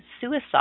suicide